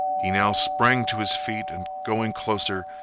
he now sprang to his feet and, going closer,